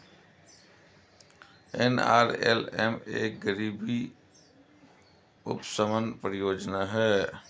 NRLM एक गरीबी उपशमन परियोजना है